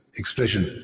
expression